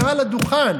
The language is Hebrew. מעל הדוכן,